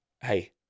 Hey